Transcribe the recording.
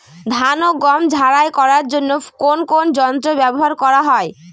ধান ও গম ঝারাই করার জন্য কোন কোন যন্ত্র ব্যাবহার করা হয়?